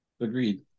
Agreed